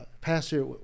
Pastor